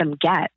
get